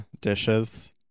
Dishes